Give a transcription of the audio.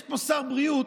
יש פה שר בריאות,